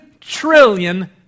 trillion